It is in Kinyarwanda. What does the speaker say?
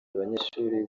abanyeshuri